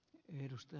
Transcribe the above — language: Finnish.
puhemies